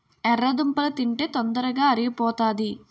ఎర్రదుంపలు తింటే తొందరగా అరిగిపోతాది